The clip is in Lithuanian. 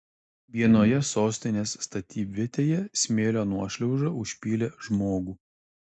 vienoje sostinės statybvietėje smėlio nuošliauža užpylė žmogų